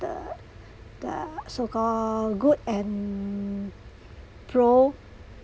the the so call good and throw